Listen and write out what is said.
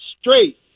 straight